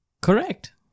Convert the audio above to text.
Correct